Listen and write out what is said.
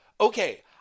Okay